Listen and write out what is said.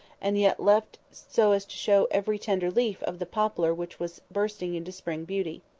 and yet left so as to show every tender leaf of the poplar which was bursting into spring beauty.